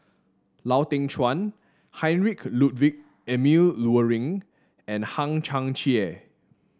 Lau Teng Chuan Heinrich Ludwig Emil Luering and Hang Chang Chieh